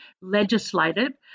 legislated